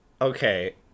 okay